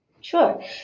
Sure